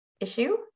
issue